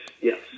Yes